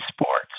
sports